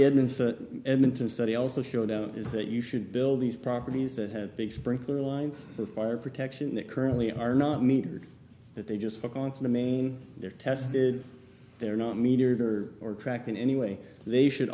the evidence that edmonton study also showed is that you should build these properties that have big sprinkler lines of fire protection that currently are not metered that they just hook onto the main they're tested they're not metered or are tracked in any way they should